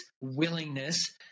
willingness